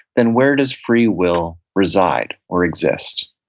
then where does free will reside or exist?